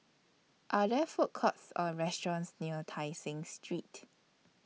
Are There Food Courts Or restaurants near Tai Seng Street